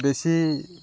বেছি